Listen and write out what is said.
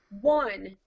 one